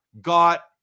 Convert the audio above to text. got